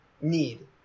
need